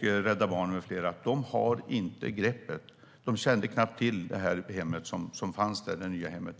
Rädda Barnen med flera beskriver att de inte har greppet. De kände knappt till det här nya hemmet.